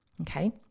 Okay